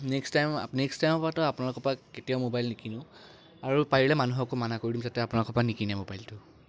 next time next টাইমৰ পৰাতো আপোনালোকৰ পৰা কেতিয়াও মোবাইল নিকিনো আৰু পাৰিলে মানুহকো মানা কৰি দিম যাতে আপোনালোকৰ পৰা নিকিনে মোবাইলটো